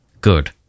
good